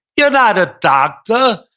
you're not a doctor.